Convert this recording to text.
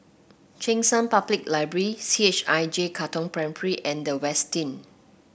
Cheng San Public Library C H I J Katong Primary and The Westin